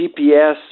GPS